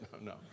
No